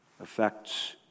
Affects